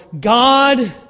God